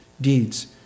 deeds